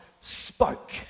spoke